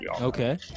Okay